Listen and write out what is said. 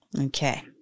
Okay